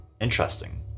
Interesting